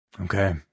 Okay